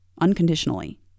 unconditionally